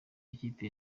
y’ikipe